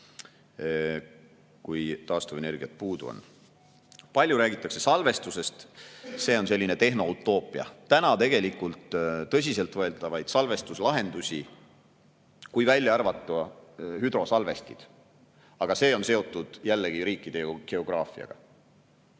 kui taastuvenergiat puudu on. Palju räägitakse salvestusest. See on selline tehnoutoopia. Tegelikult [ei ole] tõsiselt võetavaid salvestuslahendusi, kui välja arvata hüdrosalvestid, aga see on seotud jällegi geograafiaga.